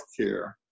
healthcare